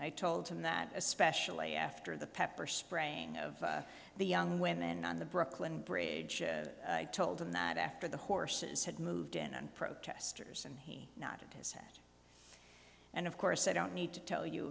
i told him that especially after the pepper spraying of the young women on the brooklyn bridge told him that after the horses had moved in and protesters and he nodded his head and of course i don't need to tell you